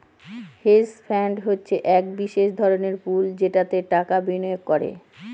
hedge fund হচ্ছে এক বিশেষ ধরনের পুল যেটাতে টাকা বিনিয়োগ করে